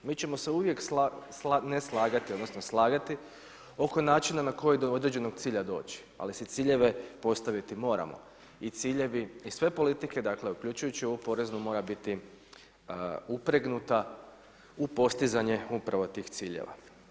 Mi ćemo se uvijek ne slagati, odnosno slagati oko način na koji do određenog cilja doći ali se ciljeve postaviti moramo i sve politike uključujući ovu poreznu, mora biti upregnuta u postizanje upravo tih ciljeva.